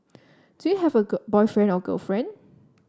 do you have a boyfriend or girlfriend